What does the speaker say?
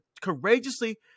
courageously